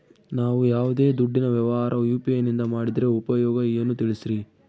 ನಾವು ಯಾವ್ದೇ ದುಡ್ಡಿನ ವ್ಯವಹಾರ ಯು.ಪಿ.ಐ ನಿಂದ ಮಾಡಿದ್ರೆ ಉಪಯೋಗ ಏನು ತಿಳಿಸ್ರಿ?